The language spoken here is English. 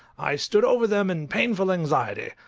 i stood over them in painful anxiety,